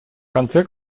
конце